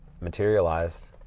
materialized